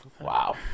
Wow